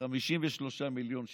53 מיליון שקל.